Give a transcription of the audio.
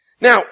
Now